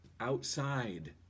outside